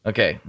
Okay